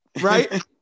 right